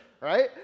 right